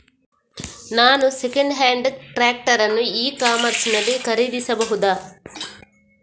ನಾನು second hand tractor ಅನ್ನು e commerce ನಲ್ಲಿ ಖರೀದಿ ಮಾಡಬಹುದಾ?